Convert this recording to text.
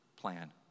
plan